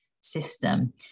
system